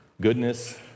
goodness